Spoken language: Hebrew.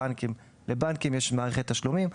בנקים לבנקים יש מערכת תשלומים.